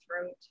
throat